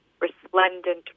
resplendent